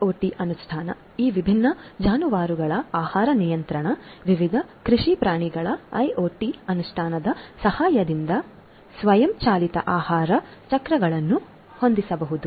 IoT ಅನುಷ್ಠಾನ ಈ ವಿಭಿನ್ನ ಜಾನುವಾರುಗಳ ಆಹಾರ ನಿಯಂತ್ರಣ ವಿವಿಧ ಕೃಷಿ ಪ್ರಾಣಿಗಳು ಐಒಟಿ ಅನುಷ್ಠಾನದ ಸಹಾಯದಿಂದ ಸ್ವಯಂಚಾಲಿತ ಆಹಾರ ಚಕ್ರಗಳನ್ನು ಹೊಂದಿಸಬಹುದು